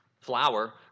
flour